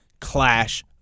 clash